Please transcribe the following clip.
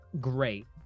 great